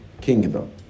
kingdom